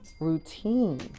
routine